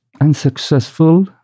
unsuccessful